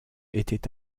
était